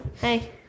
hey